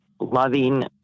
loving